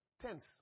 tense